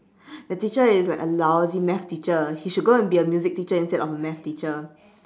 the teacher is a like a lousy math teacher he should go and be a music teacher instead of a math teacher